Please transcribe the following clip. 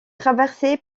traversé